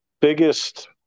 biggest